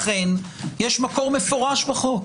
לכן יש מקור מפורש בחוק.